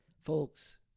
folks